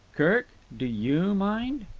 kirk, do you mind?